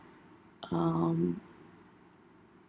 um